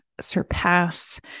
surpass